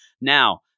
Now